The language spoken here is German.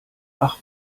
ach